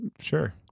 sure